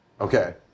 Okay